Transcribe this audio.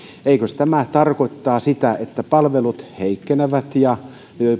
eikös tämä tarkoita sitä että palvelut heikkenevät ja